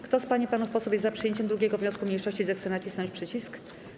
Kto z pań i panów posłów jest za przyjęciem 2. wniosku mniejszości, zechce nacisnąć przycisk.